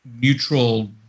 neutral